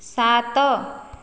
ସାତ